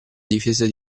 difesa